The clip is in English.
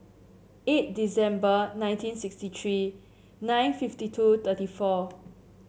eight December nineteen sixty tree nine fifty two thirty four